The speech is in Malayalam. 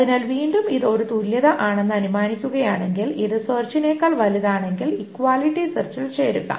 അതിനാൽ വീണ്ടും ഇത് ഒരു തുല്യത ആണെന്ന് അനുമാനിക്കുകയാണെങ്കിൽ ഇത് സെർച്ചിനേക്കാൾ വലുതാണെങ്കിൽ ഇക്വാലിറ്റി സെർച്ചിൽ ചേരുക